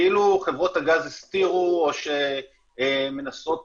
כאילו חברות הגז הסתירו או שהן מנסות